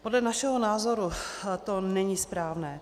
Podle našeho názoru to není správné.